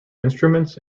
instruments